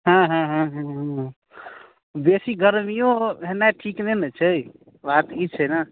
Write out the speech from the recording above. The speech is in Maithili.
हॅं हॅं हॅं हॅं बेसी गर्मियो भेनाइ ठीक नहि ने छै बात ई छै ने